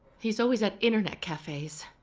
he's always at internet cafes.